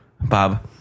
Bob